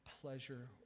pleasure